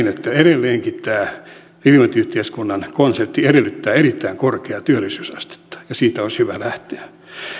että edelleenkin tämä hyvinvointiyhteiskunnan konsepti edellyttää erittäin korkeaa työllisyysastetta ja siitä olisi hyvä lähteä